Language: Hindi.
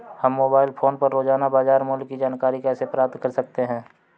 हम मोबाइल फोन पर रोजाना बाजार मूल्य की जानकारी कैसे प्राप्त कर सकते हैं?